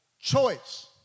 choice